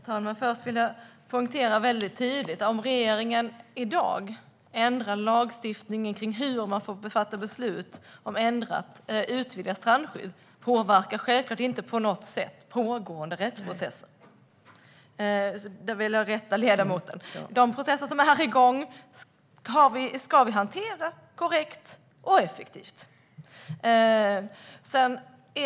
Herr talman! Först vill jag tydligt poängtera att om regeringen i dag ändrar lagstiftningen om hur man får fatta beslut om utvidgat strandskydd kommer det självklart inte att på något sätt påverka pågående rättsprocesser. Där vill jag rätta ledamoten. De processer som är igång ska hanteras korrekt och effektivt.